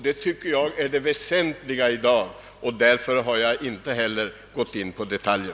Det tycker jag är det väsentliga i dag, och därför har jag inte heller gått in på detaljer.